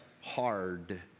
hard